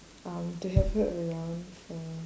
um to have her around for